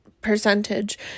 percentage